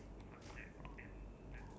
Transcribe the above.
so how many cards are you left with ah